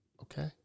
Okay